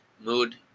mood